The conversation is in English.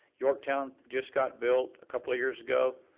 yorktown just got built a couple of years ago,